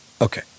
okay